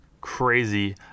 crazy